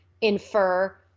infer